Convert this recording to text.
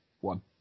one